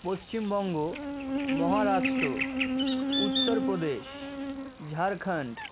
Paschimbanga Maharashtra Uttar Pradesh Jharkhand